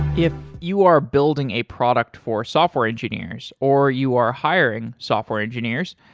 if you are building a product for software engineers, or you are hiring software engineers,